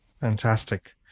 fantastic